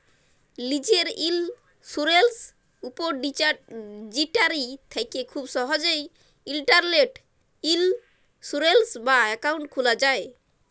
লীজের insurance depository থ্যাকে খুব সহজেই ইলটারলেটে ইলসুরেলস বা একাউল্ট খুলা যায়